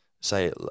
say